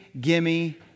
gimme